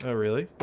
ah really?